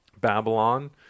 Babylon